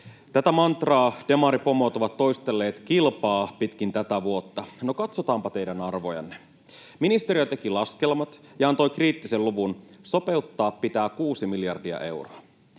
Tätä mantraa demaripomot ovat toistelleet kilpaa pitkin tätä vuotta. No katsotaanpa teidän arvojanne. Ministeriö teki laskelmat ja antoi kriittisen luvun: sopeuttaa pitää 6 miljardia euroa.